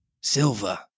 silver